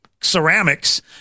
ceramics